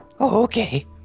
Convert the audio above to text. okay